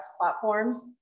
platforms